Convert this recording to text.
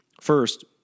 First